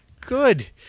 good